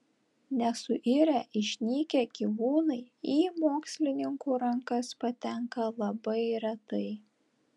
nesuirę išnykę gyvūnai į mokslininkų rankas patenka labai retai